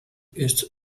ist